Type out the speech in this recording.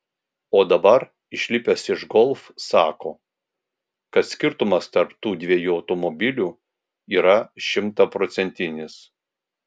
o dabar išlipęs iš golf sako kad skirtumas tarp tų dviejų automobilių yra šimtaprocentinis